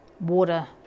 water